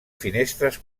finestres